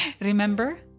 Remember